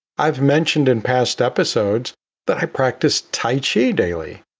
i've mentioned in past episodes that i practice tai chi daily.